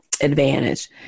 advantage